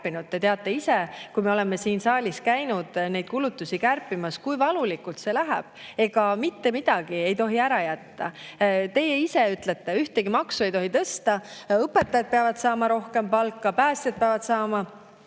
te teate ise, kui me käisime siin saalis neid kulutusi kärpimas, kui valulikult see läks. Mitte midagi ei tohi ära jätta. Teie ise ütlete, et ühtegi maksu ei tohi tõsta, õpetajad peavad saama rohkem palka, päästjad ja